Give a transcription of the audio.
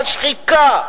על השחיקה,